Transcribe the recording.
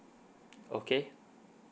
okay